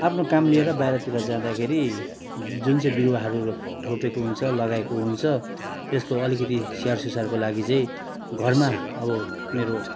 आफ्नो काम लिएर बाहिरतिर जाँदाखेरि जुन चाहिँ बिरुवाहरू रो रोपेको हुन्छ लगाएको हुन्छ त्यसको अलिकिति स्याहार सुसारको लागि चाहिँ घरमा अब मेरो